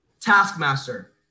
Taskmaster